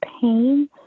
pain